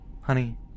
Honey